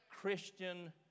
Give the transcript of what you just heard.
Christian